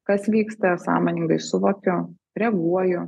kas vyksta sąmoningai suvokiu reaguoju